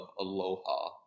aloha